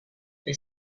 they